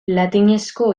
latinezko